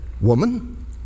woman